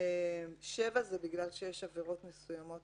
(7) זה בגלל שיש עבירות מסוימות